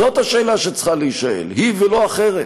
זאת השאלה שצריכה להישאל, היא ולא אחרת.